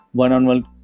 one-on-one